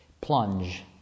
plunge